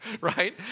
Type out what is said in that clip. Right